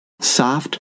Soft